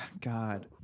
God